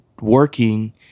working